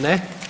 Ne.